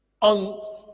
on